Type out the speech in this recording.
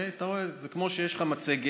אתה רואה, זה כמו שיש לך מצגת,